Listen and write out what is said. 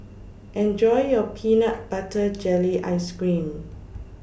Enjoy your Peanut Butter Jelly Ice Cream